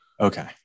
Okay